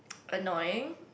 annoying